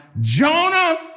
Jonah